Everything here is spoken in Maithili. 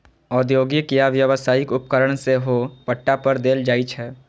औद्योगिक या व्यावसायिक उपकरण सेहो पट्टा पर देल जाइ छै